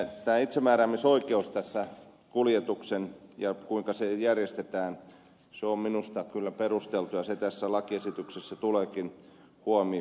kunnan itsemääräämisoikeus siinä kuinka kuljetus järjestetään on minusta kyllä perusteltua ja se tässä lakiesityksessä tuleekin huomioiduksi